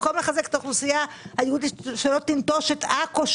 ובמקום לחזק את האוכלוסייה היהודית כדי שלא תנטוש את עכו,